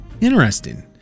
Interesting